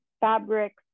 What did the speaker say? fabrics